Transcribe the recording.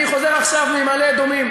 אני חוזר עכשיו ממעלה-אדומים,